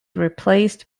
replaced